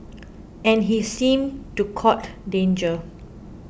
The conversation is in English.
and he seemed to court danger